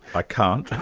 i can't,